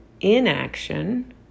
inaction